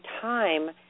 time